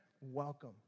welcome